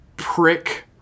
Prick